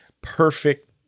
perfect